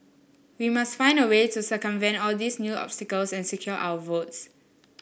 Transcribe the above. we must find a way to circumvent all these new obstacles and secure our votes